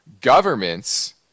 governments